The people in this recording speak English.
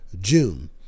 June